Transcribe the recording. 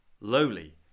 lowly